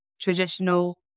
traditional